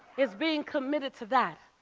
it's being committed to that.